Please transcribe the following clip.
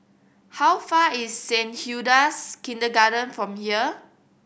how far is Saint Hilda's Kindergarten from here